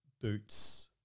boots